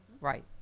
Right